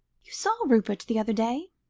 you saw rupert the other day?